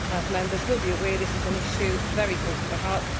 as members will be aware, this is an issue very close to my heart,